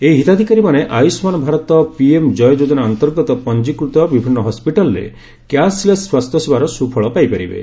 ଏହି ହିତାଧିକାରୀମାନେ ଆୟୁଷ୍ମାନ ଭାରତ ପିଏମ ଜୟ ଯୋଜନା ଅନ୍ତର୍ଗତ ପଞ୍ଜୀକୃତ ବିଭିନ୍ନ ହସ୍ପିଟାଲରେ କ୍ୟାସଲେସ ସ୍ୱାସ୍ଥ୍ୟସେବାର ସୁଫଳ ପାଇପାରିବେ